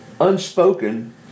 unspoken